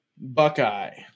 Buckeye